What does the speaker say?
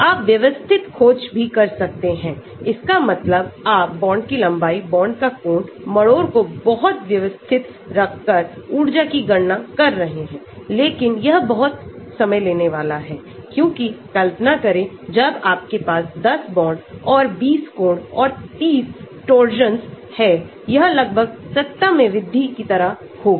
आप व्यवस्थित खोज भी कर सकते हैं इसका मतलब आप बॉन्ड की लंबाई बॉन्ड का कोण मरोड़ को बहुत व्यवस्थित रखकर ऊर्जा की गणना कररहे हैं लेकिन यह बहुत समय लेने वाला है क्योंकि कल्पना करें जब आपके पास 10 बॉन्ड और 20 कोण और 30 torsions हैं यह लगभग सत्ता में वृद्धि की तरह होगा